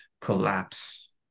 collapse